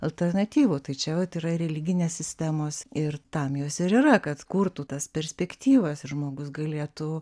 alternatyvų tai čia vat yra religinės sistemos ir tam jos ir yra kad kurtų tas perspektyvas ir žmogus galėtų